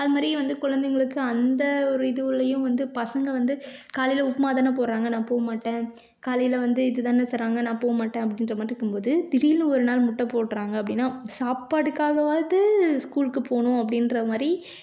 அது மாதிரி வந்து குழந்தைங்களுக்கு அந்த ஒரு இதுவுலேயும் வந்து பசங்க வந்து காலையில் உப்புமா தான போடுறாங்க நான் போகமாட்டேன் காலையில் வந்து இது தான செய்கிறாங்க நான் போகமாட்டேன் அப்படின்ற மாதிரி இருக்கும் போது திடீர்னு ஒரு நாள் முட்டை போடுறாங்க அப்படின்னா சாப்பாடுக்காகவாது ஸ்கூலுக்கு போகணும் அப்படின்ற மாதிரி